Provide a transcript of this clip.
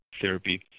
therapy